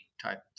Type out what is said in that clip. Type